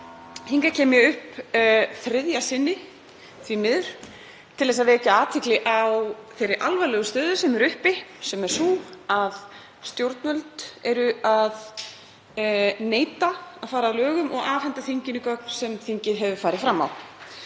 Hingað kem ég upp þriðja sinni, því miður, til þess að vekja athygli á þeirri alvarlegu stöðu sem er uppi, sem er sú að stjórnvöld neita að fara að lögum og afhenda þinginu gögn sem þingið hefur farið fram á.